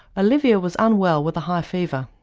ah olivia was unwell with a high fever.